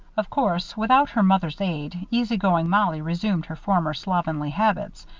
of course, without her mother's aid, easy-going mollie resumed her former slovenly habits,